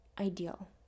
ideal